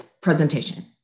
presentation